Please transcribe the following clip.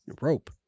rope